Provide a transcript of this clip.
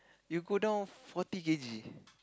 you go down forty k_g